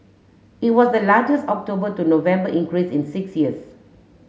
it was the largest October to November increase in six years